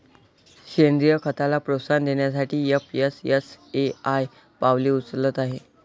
सेंद्रीय खताला प्रोत्साहन देण्यासाठी एफ.एस.एस.ए.आय पावले उचलत आहे